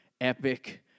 epic